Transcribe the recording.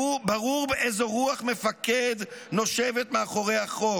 ברור איזו רוח מפקד נושבת מאחורי החוק,